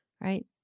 right